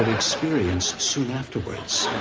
experience soon afterwards.